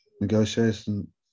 negotiation